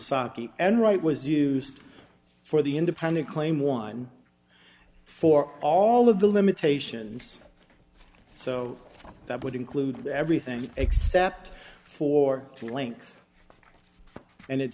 and right was used for the independent claim one for all of the limitations so that would include everything except for the length and it